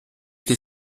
che